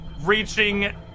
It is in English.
reaching